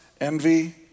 envy